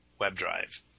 WebDrive